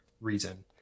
reason